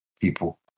people